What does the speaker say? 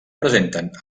presenten